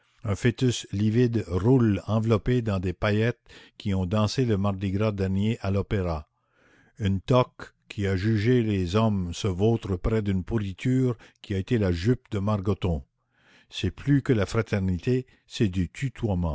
un foetus livide roule enveloppé dans des paillettes qui ont dansé le mardi gras dernier à l'opéra une toque qui a jugé les hommes se vautre près d'une pourriture qui a été la jupe de margoton c'est plus que de la fraternité c'est du